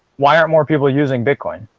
why aren't more people using bitcoin?